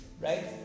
right